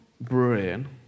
brain